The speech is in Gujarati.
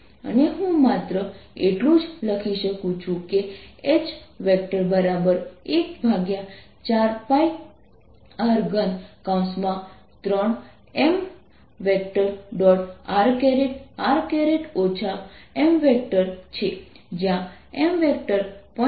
અને તેથી જો તમને લાગે કે સપાટીનો પ્રવાહ કેટલાક ચુંબકીય ક્ષેત્રને જન્મ આપે છે હા તે થાય છે